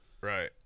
right